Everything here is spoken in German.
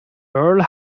earl